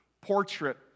portrait